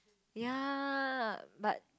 ya but